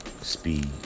Speed